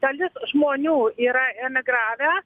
dalis žmonių yra emigravę